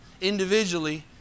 individually